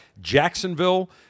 Jacksonville